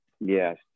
yes